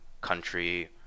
country